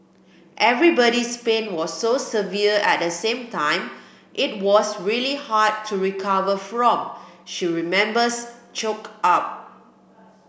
everybody's pain was so severe at the same time it was really hard to recover from she remembers choked up